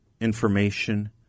information